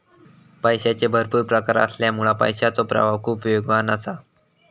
पैशाचे भरपुर प्रकार असल्यामुळा पैशाचो प्रवाह खूप वेगवान असा